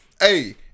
hey